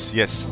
yes